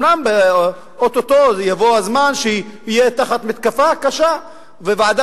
אומנם או-טו-טו יבוא הזמן שהוא יהיה תחת מתקפה קשה וועדה